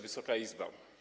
Wysoka Izbo!